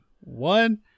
one